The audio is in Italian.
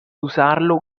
usarlo